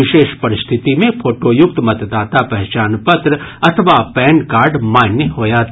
विशेष परिस्थिति मे फोटोयुक्त मतदाता पहचान पत्र अथवा पैन कार्ड मान्य होयत